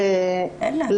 סליחה, אתה שואל אותי?